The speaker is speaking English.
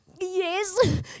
yes